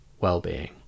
well-being